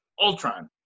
Ultron